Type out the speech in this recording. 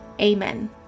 Amen